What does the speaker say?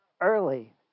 early